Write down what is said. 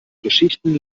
geschichten